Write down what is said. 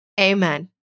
Amen